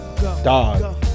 Dog